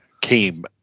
came